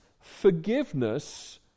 forgiveness